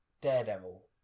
Daredevil